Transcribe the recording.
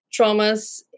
traumas